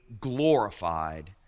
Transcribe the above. glorified